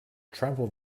trample